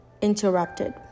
interrupted